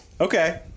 Okay